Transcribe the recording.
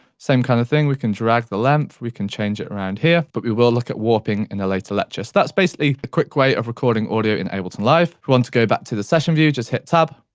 same kind of thing, we can drag the length, we can change it around here, but we will look at warping in a later lecture, so that's basically the quick way of recording audio in ableton live, if you want to go back to the session view, just hit tab,